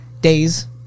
days